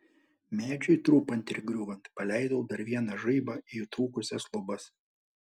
medžiui trupant ir griūvant paleidau dar vieną žaibą į įtrūkusias lubas